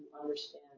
understand